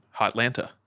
hotlanta